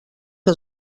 que